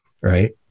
right